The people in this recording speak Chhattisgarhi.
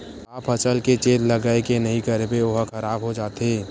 का फसल के चेत लगय के नहीं करबे ओहा खराब हो जाथे?